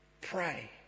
Pray